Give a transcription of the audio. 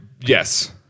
yes